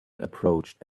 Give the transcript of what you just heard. approached